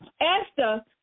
Esther